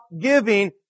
giving